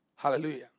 Hallelujah